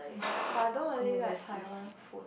but I don't really like Taiwan food